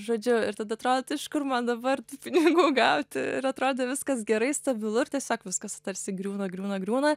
žodžiu ir tada atrodo iš kur man dabar tų pinigų gauti ir atrodo viskas gerai stabilu ir tiesiog viskas tarsi griūna griūna griūna